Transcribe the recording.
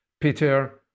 Peter